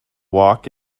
walk